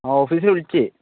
ആ ഓഫീസില് വിളിച്ചു